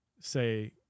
say